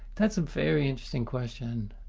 that's a very interesting question.